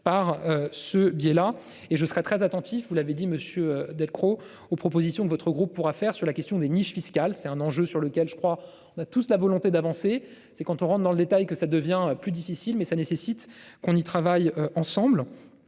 par ce biais là et je serai très attentif, vous l'avez dit monsieur Delcros aux propositions de votre groupe pourra faire sur la question des niches fiscales, c'est un enjeu sur lequel je crois on a tous la volonté d'avancer, c'est quand on rentre dans le détail que ça devient plus difficile. Mais cela nécessite qu'on y travaille ensemble.